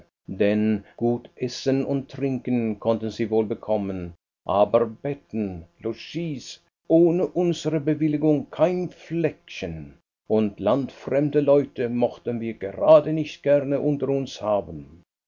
schnippchen denn gut essen und trinken konnten sie wohl bekommen aber betten logis ohne unsere bewilligung kein fleckchen und landfremde leute mochten wir gerade nicht gerne unter uns haben